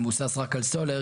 שמבוסס רק על סולר,